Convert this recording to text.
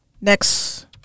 next